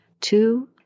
Two